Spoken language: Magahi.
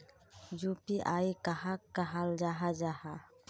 यु.पी.आई कहाक कहाल जाहा जाहा?